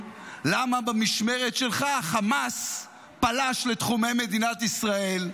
למה במשמרת שלך החמאס פלש לתחומי מדינת ישראל?